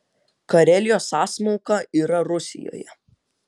karelijos sąsmauka yra rusijoje